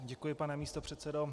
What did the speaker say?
Děkuji, pane místopředsedo.